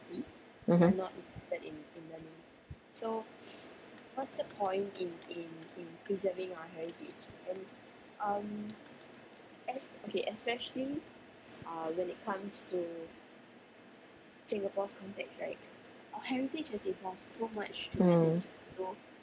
mmhmm mm